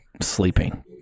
sleeping